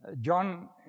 John